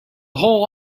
whole